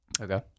Okay